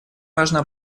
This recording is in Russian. важна